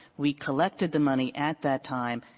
we collected the money at that time,